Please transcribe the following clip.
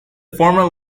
former